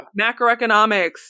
macroeconomics